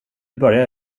börjar